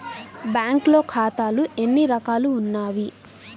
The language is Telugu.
బ్యాంక్లో ఖాతాలు ఎన్ని రకాలు ఉన్నావి?